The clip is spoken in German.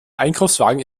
einkaufswagen